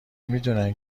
میدونن